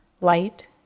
light